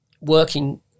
working